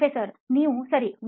ಪ್ರೊಫೆಸರ್ನೀವು ಸರಿ ಒಳ್ಳೆಯದು